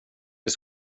det